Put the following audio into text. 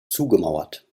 zugemauert